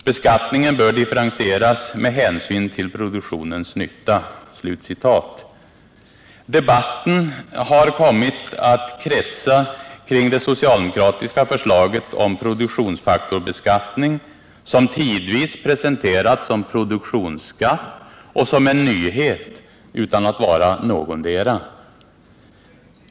Beskattningen bör differentieras med hänsyn till produktionens nytta.” Debatten har kommit att kretsa kring det socialdemokratiska förslaget om produktionsfaktorsbeskattning, som tidvis presenterats som produktionsskatt och som en nyhet utan att vara någondera.